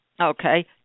okay